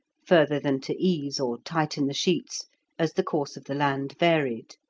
further than to ease or tighten the sheets as the course of the land varied.